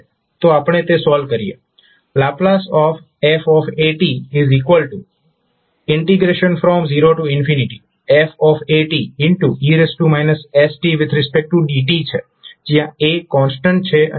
તો આપણે તે સોલ્વ કરીએ ℒ f0fe stdt છે જ્યાં a કોન્સ્ટન્ટ છે અને a0 છે